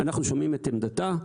אנחנו שומעים את עמדתה.